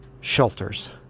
shelters